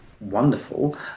wonderful